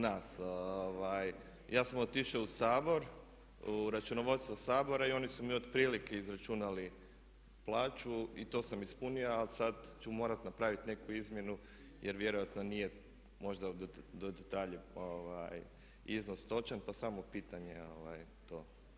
Ja sam otišao u Sabor, u računovodstvo Sabora i oni su mi otprilike izračunali plaću i to sam ispunio a sad ću morati napraviti neku izmjenu jer vjerojatno nije možda dalje iznos točan pa samo pitanje to.